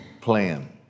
plan